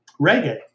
reggae